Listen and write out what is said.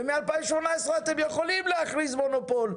ומ-2018 אתם יכולים להכריז מונופול,